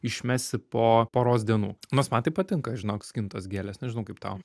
išmesi po poros dienų nors man tai patinka žinok skintos gėlės nežinau kaip tau